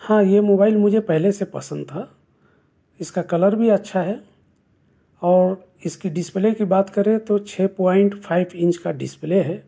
ہاں یہ موبائل مجھے پہلے سے پسند تھا اس کا کلر بھی اچھا ہے اور اس کی ڈسپلے کی بات کریں تو چھ پوائنٹ فائف انچ کا ڈسپلے ہے